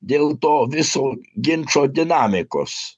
dėl to viso ginčo dinamikos